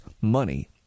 money